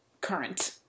current